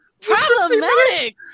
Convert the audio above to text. Problematic